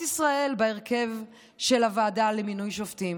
ישראל בהרכב של הוועדה למינוי שופטים.